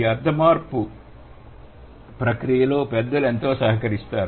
అర్థ మార్పు ప్రక్రియలో పెద్దలు ఎంతో సహకరిస్తారు